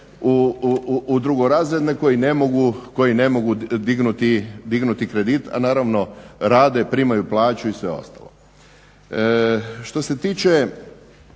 u drugorazredne, koji ne mogu dignuti kredit, a naravno rade, primaju plaću, i sve ostalo. Što se tiče